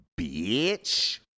bitch